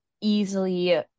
easily